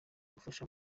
ubufasha